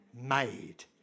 made